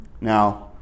Now